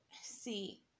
see